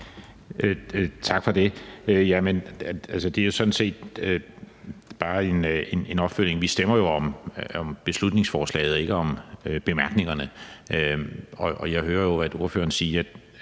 Tak for det. Det er sådan set bare en opfølgning. Vi stemmer jo om beslutningsforslaget og ikke om bemærkningerne. Jeg hører ordføreren sige,